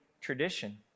tradition